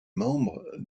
membre